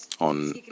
on